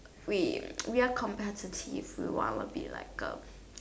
we we are competitive we want to be like uh